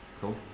cool